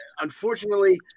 unfortunately